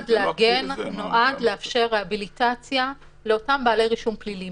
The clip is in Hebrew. נועד לאפשר רהביליטציה לאותם בעלי רישום פלילי.